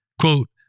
quote